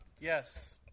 Yes